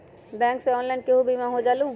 Bank से online केहु बिमा हो जाईलु?